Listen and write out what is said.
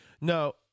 No